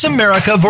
America